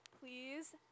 please